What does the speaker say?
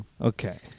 Okay